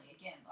again